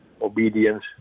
obedience